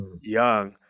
young